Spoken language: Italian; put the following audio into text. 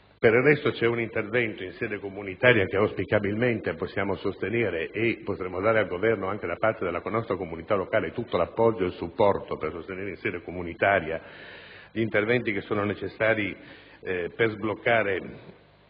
Per il resto, c'è un intervento in sede comunitaria che auspicabilmente possiamo sostenere e potremmo dare al Governo anche da parte della nostra comunità locale tutto l'appoggio ed il supporto per sostenere in quella sede gli interventi necessari a sbloccare